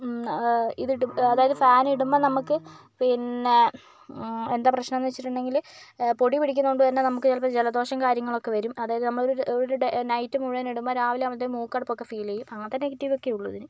ഇത് ഇടും അതായത് ഫാൻ ഇടുമ്പോൾ നമ്മൾക്ക് പിന്നേ എന്താ പ്രശ്നം എന്ന് വെച്ചിട്ടുണ്ടെങ്കിൽ പൊടി പിടിക്കുന്നത് കൊണ്ടു തന്നെ നമുക്ക് ചിലപ്പോൾ ജലദോഷം കാര്യങ്ങൾ ഒക്കെ വരും അതായത് നമ്മൾ ഒരു ഡേ നൈറ്റ് മുഴുവന് ഇടുമ്പോൾ രാവിലെയാകുമ്പോഴേക്കും മൂക്കടപ്പ് ഒക്കെ ഫീല് ചെയ്യും അങ്ങനത്തെ നെഗറ്റിവ് ഒക്കെ ഉള്ളൂ ഇതിന്